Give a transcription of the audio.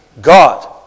God